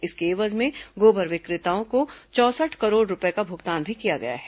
इसके एवज में गोबर विक्रेताओं को चौंसठ करोड़ रूपये का भुगतान किया गया है